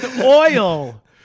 oil